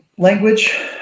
language